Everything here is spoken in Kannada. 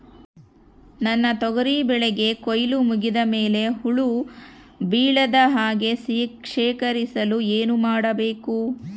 ನನ್ನ ತೊಗರಿ ಬೆಳೆಗೆ ಕೊಯ್ಲು ಮುಗಿದ ಮೇಲೆ ಹುಳು ಬೇಳದ ಹಾಗೆ ಶೇಖರಿಸಲು ಏನು ಮಾಡಬೇಕು?